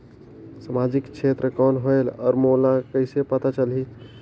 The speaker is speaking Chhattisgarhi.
समाजिक क्षेत्र कौन होएल? और मोला कइसे पता चलही?